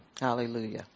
Hallelujah